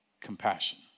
compassion